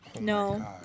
No